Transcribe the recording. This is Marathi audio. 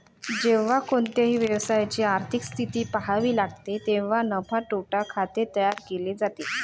जेव्हा कोणत्याही व्यवसायाची आर्थिक स्थिती पहावी लागते तेव्हा नफा तोटा खाते तयार केले जाते